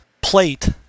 plate